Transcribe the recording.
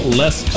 less